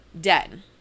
dead